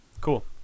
Cool